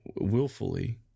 willfully